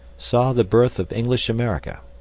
saw the birth of english america.